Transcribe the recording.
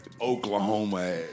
Oklahoma